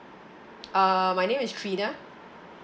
uh my name is trina